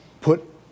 Put